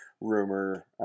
rumor